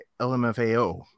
LMFAO